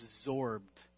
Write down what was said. absorbed